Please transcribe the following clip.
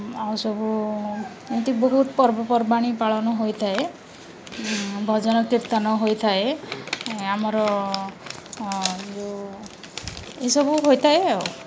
ଆଉ ସବୁ ଏମିତି ବହୁତ ପର୍ବପର୍ବାଣି ପାଳନ ହୋଇଥାଏ ଭଜନ କୀର୍ତ୍ତନ ହୋଇଥାଏ ଆମର ଯେଉଁ ଏସବୁ ହୋଇଥାଏ ଆଉ